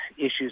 issues